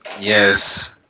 Yes